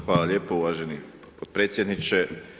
Hvala lijepo uvaženi potpredsjedniče.